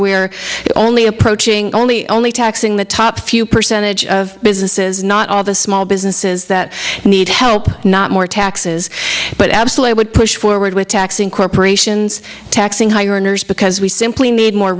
are only approaching only only taxing the top few percentage of businesses not all the small businesses that need help not more taxes but absolutely would push forward with taxing corporations taxing high earners because we simply need more